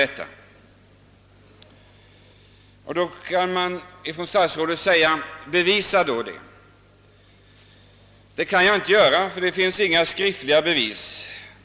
Då kan statsrådet säga: Bevisa det! Det kan jag inte göra, ty det finns inga skriftliga bevis.